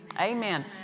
Amen